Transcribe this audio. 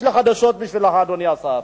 יש לי חדשות בשבילך, אדוני השר.